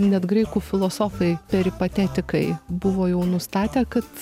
net graikų filosofai peripatetikai buvo jau nustatę kad